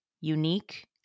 unique